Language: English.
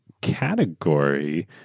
category